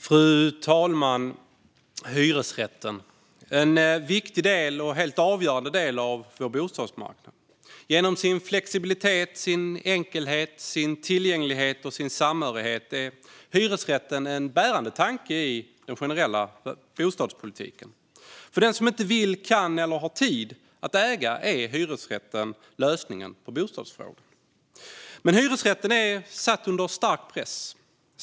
Fru talman! Hyresrätten är en viktig och helt avgörande del av vår bostadsmarknad. Genom sin flexibilitet, sin enkelhet, sin tillgänglighet och sin samhörighet är hyresrätten en bärande tanke i den generella bostadspolitiken. För den som inte vill, kan eller har tid att äga är hyresrätten lösningen på bostadsfrågan. Men hyresrätten är satt under stark press.